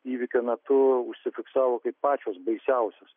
įvykio metu užsifiksavo kaip pačios baisiausios